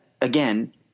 again